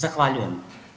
Zahvaljujem.